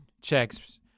checks